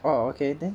orh okay then